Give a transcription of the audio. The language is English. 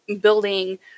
building